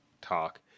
talk